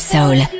Soul